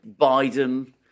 Biden